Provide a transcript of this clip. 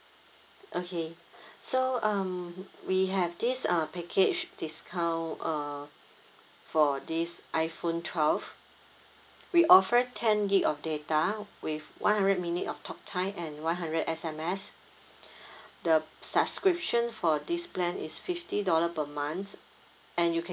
okay so um we have this uh package discount uh for this iphone twelve we offer ten gig of data with one hundred minute of talk time and one hundred S_M_S the subscription for this plan is fifty dollar per month and you can